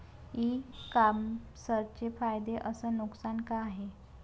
इ कामर्सचे फायदे अस नुकसान का हाये